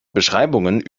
beschreibungen